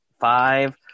five